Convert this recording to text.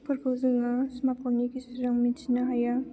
फोरखौ जोङो स्मार्टफ'ननि गेजेरजों मिथिनो हायो